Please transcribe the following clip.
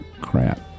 Crap